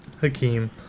Hakeem